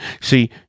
See